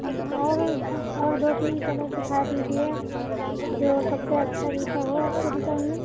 हाँ और जो और दो तीन कलर दिखा दीजिए आप जो सबसे अच्छा जूता हो आपकी दुक़ान में